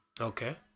Okay